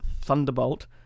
Thunderbolt